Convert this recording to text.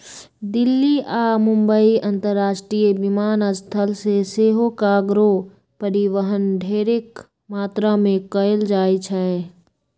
दिल्ली आऽ मुंबई अंतरराष्ट्रीय विमानस्थल से सेहो कार्गो परिवहन ढेरेक मात्रा में कएल जाइ छइ